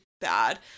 bad